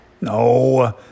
No